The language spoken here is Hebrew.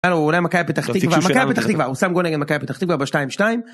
אולי מכבי פתח תקווה... מכבי פתח תקווה! הוא שם גול נגד מכבי פתח תקווה ב-2:2